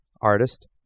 artist